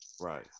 Right